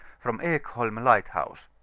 from ekholm lighthouse.